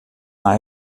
nei